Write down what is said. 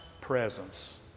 presence